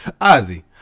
Ozzy